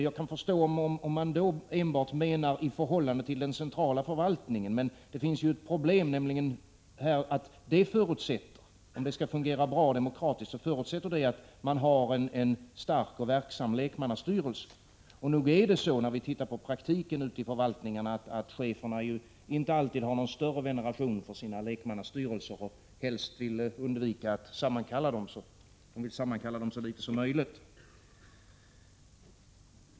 Jag kan förstå det om man enbart menar i förhållande till den centrala förvaltningen, men det finns här ett problem. Om det skall fungera bra demokratiskt förutsätter det att man har en stark och verksam lekmannastyrelse. Och nog märker vi, om vi ser på verksamheten ute i förvaltningarna, att cheferna inte alltid har någon större veneration för sina lekmannastyrelser. De vill helst undvika att sammankalla dem eller sammankallar dem så litet som möjligt.